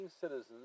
citizens